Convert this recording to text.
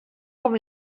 com